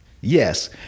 yes